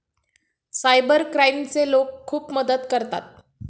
cyber क्राईमचे लोक खूप मदत करतात